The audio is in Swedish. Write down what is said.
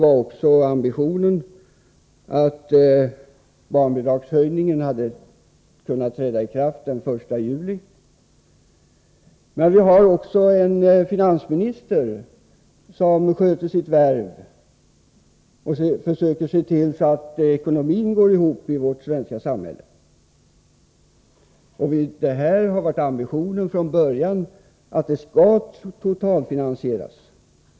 Vår ambition var att barnbidragshöjningen skulle ha trätt i kraft den 1 juli, men vi har också en finansminister som sköter sitt värv och försöker få ekonomin att gå ihop i vårt svenska samhälle. Ambitionen har från början varit att reformen skall totalfinansieras.